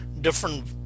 different